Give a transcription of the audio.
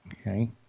Okay